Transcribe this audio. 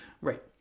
Right